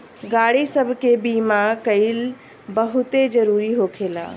गाड़ी सब के बीमा कइल बहुते जरूरी होखेला